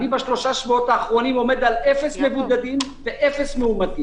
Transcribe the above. בשלושת השבועות האחרונים אני עומד על אפס מבודדים ואפס מאומתים.